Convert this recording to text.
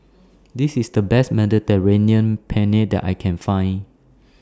This IS The Best Mediterranean Penne that I Can Find